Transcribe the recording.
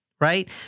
Right